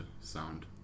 sound